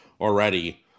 already